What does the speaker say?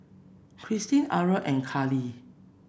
Christa Aura and Carlie